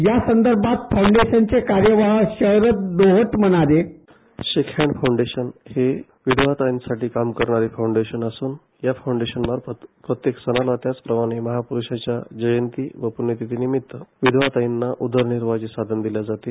यासंदर्भात फाऊंडेशनचे कार्यवाहक शरद बोहत म्हणाले शेकहँड फाऊंडेशन हे विधवा ताईंसाठी काम करणारे फाऊंडेशन असून या फाऊंडेशन मार्फत प्रत्येक सण तसेच महापुरूंषांच्या जयंतीनिमित्त विधवा ताईंना उदरनिर्वाहाचे साधन दिले जाते